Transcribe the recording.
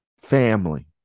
family